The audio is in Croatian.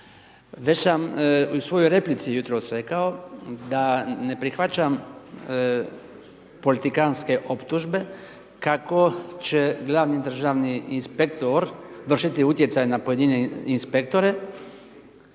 Već sam u svojoj replici jutros rekao da ne prihvaćam politikantske optužbe kako će glavni državni inspektor vršiti utjecaj na pojedine inspektore